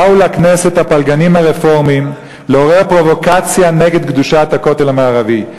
באו לכנסת הפלגנים הרפורמים לעורר פרובוקציה נגד קדושת הכותל המערבי.